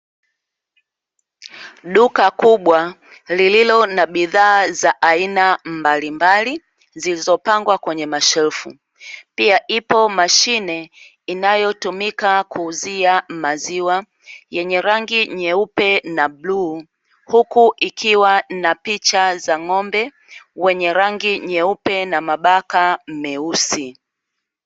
Duka kubwa lililo na bidhaa za aina mbalimbali zilizopangwa kwenye mashelfu, pia ipo mashine inayotumika kuuzia maziwa yenye rangi nyeupe na bluu. Huku ikiwa na picha za ng'ombe, wenye rangi nyeupe na mabaka meusi.